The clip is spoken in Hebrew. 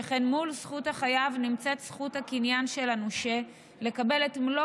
שכן מול זכות החייב נמצאת זכות הקניין של הנושה לקבל את מלוא